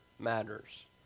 matters